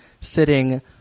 sitting